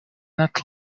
not